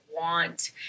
want